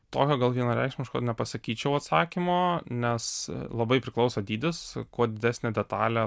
tokio gal vienareikšmiško ir nepasakyčiau atsakymo nes labai priklauso dydis kuo didesnė detalė